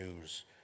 news